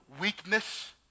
weakness